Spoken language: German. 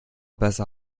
besser